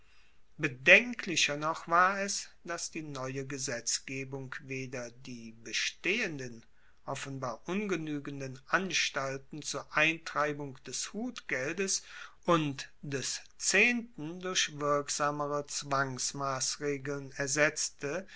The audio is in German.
bedenklicher noch war es dass die neue gesetzgebung weder die bestehenden offenbar ungenuegenden anstalten zur eintreibung des hutgeldes und des zehnten durch wirksamere zwangsmassregeln ersetzte